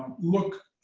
look